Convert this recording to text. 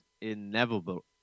inevitable